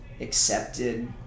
accepted